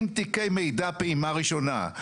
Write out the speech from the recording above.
עם תיקי מידע פעימה ראשונה,